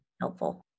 helpful